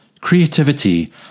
creativity